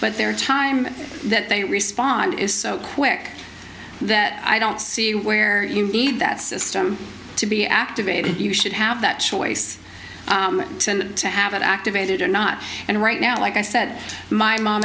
but their time that they respond is so quick that i don't see where you need that system to be activated you should have that choice to have it activated or not and right now like i said my mom